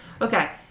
Okay